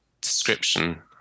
description